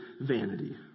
vanity